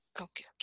Okay